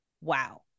Wow